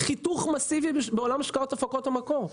חיתוך מאסיבי בעולם השקעות הפקות המקור.